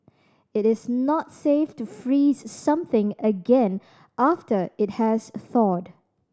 it is not safe to freeze something again after it has thawed